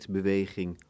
beweging